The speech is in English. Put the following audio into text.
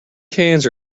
cans